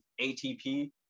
ATP